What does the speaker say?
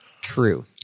True